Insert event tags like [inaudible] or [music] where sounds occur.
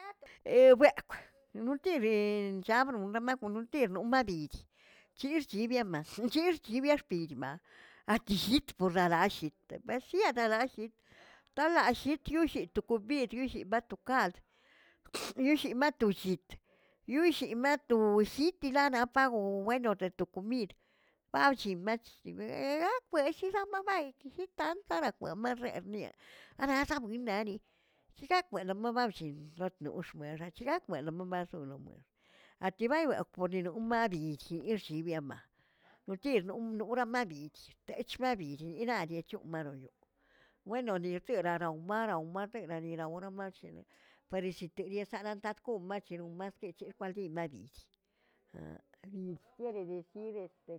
[noise] ebuekwꞌ, nutibeꞌn chlabnoꞌ memekwꞌ notirn nomadid chixchiꞌe yibiemaꞌ chixchiꞌe xpichmaꞌ, atillit poxalalliꞌt beshiꞌa nalaꞌllit talaꞌshiu chioshet tokomit chioshi batoꞌo kaꞌldə [noise] yushi matoꞌllit, yushi mato sitelaꞌnaꞌ pagow wenoꞌ de to komid auchi mach akwelli xixamamay kijitan karakweꞌ marrernia, ararsaꞌa buenaniꞌ chixaꞌkweꞌlmabllin noxꞌmexeꞌ chixaxkweꞌlb mamaꞌxolꞌmuex atibayoꞌeb por ni no mabichiyillx chibiema potir nuul nuura mabidyert techbabiriinaꞌ ni c̱hom marayo'o weno ni tiraꞌa raow maraw mardenari raw ranimachiꞌ pare lliteyi disanaꞌ tatgoꞌo maꞌachiroꞌ markeꞌtcheꞌ parli madi'ich. [unintelligible]